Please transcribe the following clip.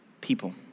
people